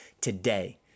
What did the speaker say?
today